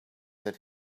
than